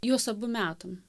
juos abu metam